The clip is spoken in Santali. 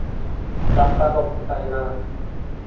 ᱰᱟᱠᱛᱟᱨ ᱵᱟᱵᱩ ᱠᱚ ᱛᱟᱦᱮᱸᱱᱟ